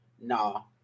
no